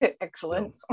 excellent